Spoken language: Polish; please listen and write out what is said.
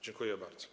Dziękuję bardzo.